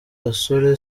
gasore